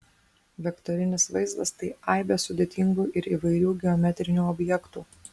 vektorinis vaizdas tai aibė sudėtingų ir įvairių geometrinių objektų